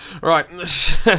Right